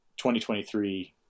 2023